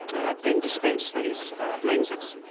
ah then dispense these lenses.